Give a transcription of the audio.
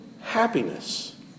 happiness